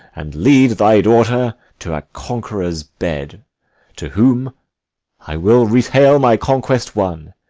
and lead thy daughter to a conqueror's bed to whom i will retail my conquest won,